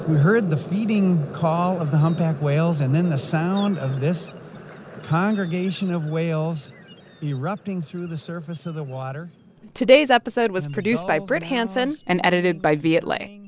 heard the feeding call of the humpback whales, and then the sound of this congregation of whales erupting through the surface of the water today's episode was produced by brit hanson and edited by viet le.